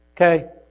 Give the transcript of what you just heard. Okay